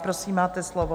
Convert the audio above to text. Prosím, máte slovo.